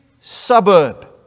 suburb